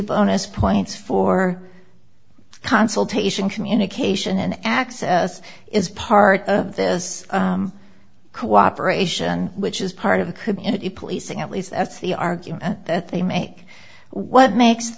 bonus points for consultation communication and access is part of this cooperation which is part of the policing at least that's the argument that they make what makes